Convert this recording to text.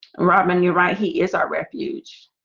rahman you're right. he is our refuge